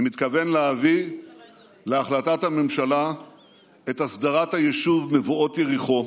אני מתכוון להביא להחלטת הממשלה את הסדרת היישוב מבואות יריחו.